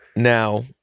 now